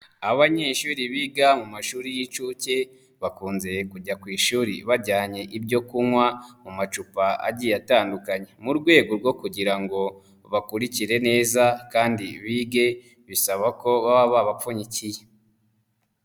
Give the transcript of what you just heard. Abanyeshuri biga mu mashuri y'inshuke bakunze kujya ku ishuri bajyanye ibyo kunywa mu macupa agiye atandukanye, mu rwego rwo kugira ngo bakurikire neza kandi bige bisaba ko baba babapfunyikiye.